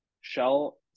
shell